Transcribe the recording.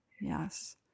Yes